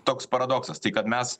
toks paradoksas tai kad mes